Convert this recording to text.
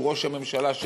הוא ראש הממשלה שלי,